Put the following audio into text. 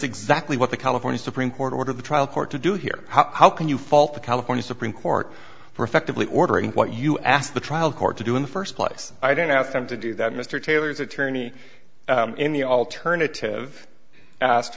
exactly what the california supreme court ordered the trial court to do here how can you fault the california supreme court for effectively ordering what you asked the trial court to do in the first place i didn't ask them to do that mr taylor's attorney in the alternative asked